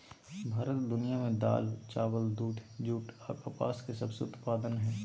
भारत दुनिया में दाल, चावल, दूध, जूट आ कपास के सबसे उत्पादन हइ